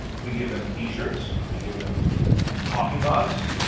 we give them t-shirts, we give them coffee mugs,